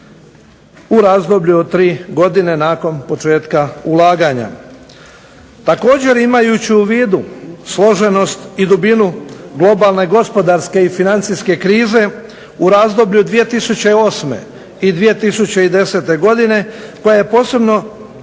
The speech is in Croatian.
U razdoblju od 3 godine od početka ulaganja. Također imajući u vidu složenost i dubinu globalne gospodarske i financijske krize u razdoblju od 2008. i 2010. godine koja je posebno